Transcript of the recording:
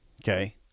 Okay